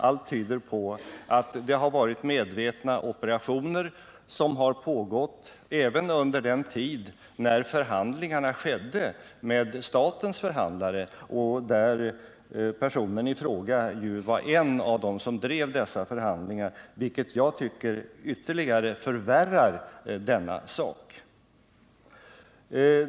Allt tyder på att det varit fråga om ett medvetet spel även under den tid då förhandlingarna med staten pågick. Personen i fråga var en av dem som deltog i dessa förhandlingar, vilket jag tycker förvärrar denna sak.